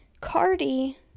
Cardi